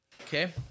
Okay